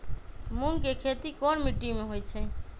मूँग के खेती कौन मीटी मे होईछ?